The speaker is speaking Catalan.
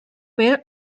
per